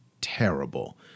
terrible